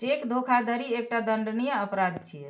cheque धोखाधड़ी एकटा दंडनीय अपराध छियै